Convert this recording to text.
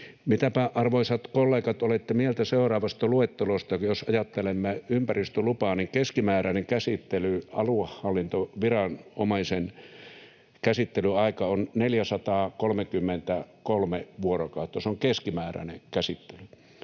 Mitäpä, arvoisat kollegat, olette mieltä seuraavasta luettelosta? Jos ajattelemme ympäristölupaa, niin keskimääräinen aluehallintoviranomaisen käsittelyaika on 433 vuorokautta — se on keskimääräinen käsittely.